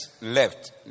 left